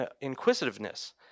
inquisitiveness